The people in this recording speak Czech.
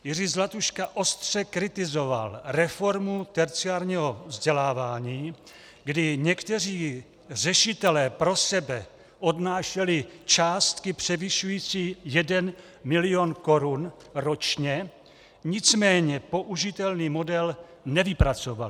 Jiří Zlatuška ostře kritizoval reformu terciárního vzdělávání, kdy někteří řešitelé pro sebe odnášeli částky převyšující 1 mil. korun ročně, nicméně použitelný model nevypracovali.